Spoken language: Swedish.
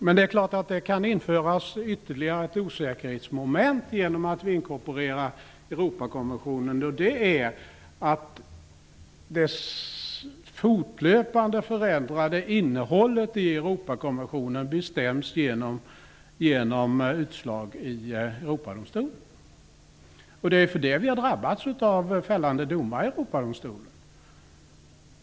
Det är klart att det kan införas ytterligare ett osäkerhetsmoment genom att vi inkorporerar Europakonventionen, nämligen att det fortlöpande förändrade innehållet i Europakonventionen bestäms genom utslag i Europadomstolen. Det är därför vi har drabbats av fällande domar i Europadomstolen.